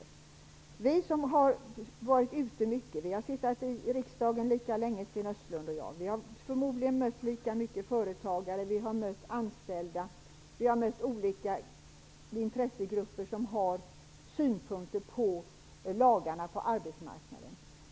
Sten Östlund och jag har varit ute mycket -- vi har suttit lika länge i riksdagen -- och har förmodligen mött lika många företagare, anställda och olika intressegrupper, som haft synpunkter på lagarna på arbetsmarknaden.